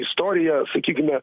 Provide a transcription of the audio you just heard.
istorija sakykime